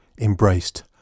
embraced